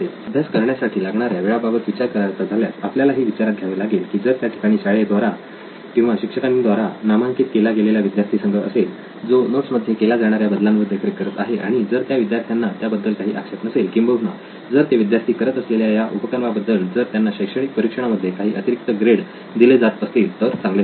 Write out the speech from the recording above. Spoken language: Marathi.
अभ्यास करण्यासाठी लागणाऱ्या वेळा बाबत विचार करावयाचा झाल्यास आपल्यालाही विचारात घ्यावे लागेल की जर त्या ठिकाणी शाळेद्वारा किंवा शिक्षकांद्वारा नामांकित केला गेलेला विद्यार्थी संघ असेल जो नोट्समध्ये केल्या जाणाऱ्या बदलांवर देखरेख करत आहे आणि जर त्या विद्यार्थ्यांना त्याबद्दल काही आक्षेप नसेल किंबहुना जर ते विद्यार्थी करत असलेल्या या उपक्रमाबद्दल जर त्यांना शैक्षणिक परीक्षणामध्ये काही अतिरिक्त ग्रेड दिले जात असतील तर चांगले होईल